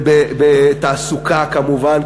ובתעסוקה כמובן,